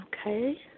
Okay